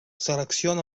selecciona